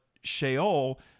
Sheol